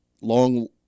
long